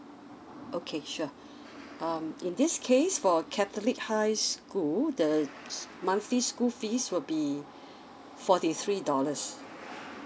okay sure um in this case for catholic high school s~ the monthly school fees will be fourty three dollars